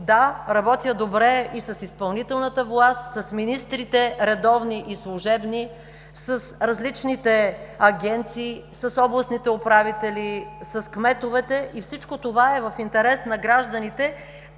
Да, работя добре и с изпълнителната власт, с министрите – редовни и служебни, с различните агенции, с областните управители, с кметовете и всичко това е в интерес на гражданите.